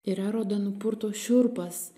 ir erodą nupurto šiurpas